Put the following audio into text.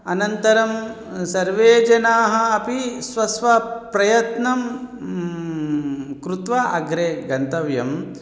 अनन्तरं सर्वे जनाः अपि स्वस्वप्रयत्नं कृत्वा अग्रे गन्तव्यं